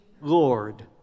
Lord